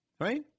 right